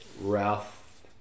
Ralph